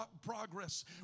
progress